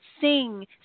sing